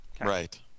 right